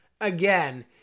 again